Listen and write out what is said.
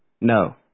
No